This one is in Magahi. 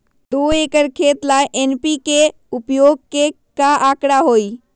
दो एकर खेत ला एन.पी.के उपयोग के का आंकड़ा होई?